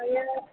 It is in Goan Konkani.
पळय